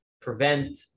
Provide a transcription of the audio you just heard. prevent